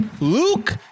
Luke